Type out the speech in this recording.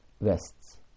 rests